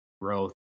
growth